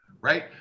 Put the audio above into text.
right